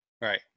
Right